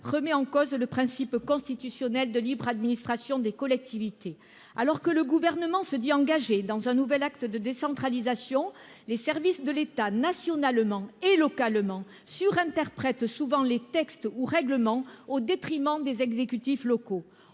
remet en cause le principe constitutionnel de libre administration des collectivités. Alors que le Gouvernement se dit engagé dans un nouvel acte de décentralisation, les services de l'État, nationalement et localement, surinterprètent souvent les textes ou règlements, au détriment des exécutifs locaux.